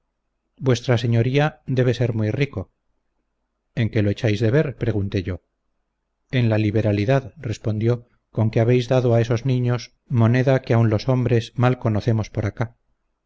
v s debe ser muy rico en qué lo echáis de ver pregunté yo en la liberalidad respondió con que habéis dado a esos niños moneda que aun los hombres mal conocernos por acá